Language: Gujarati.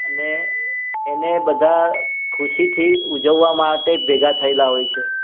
અને એને બધા ખુશીથી ઉજવવા માટે ભેગા થયેલા હોય છે